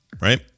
right